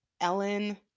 Ellen